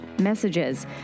messages